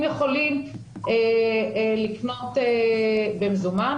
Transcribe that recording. על היקף המזומן,